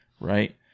right